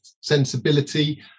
sensibility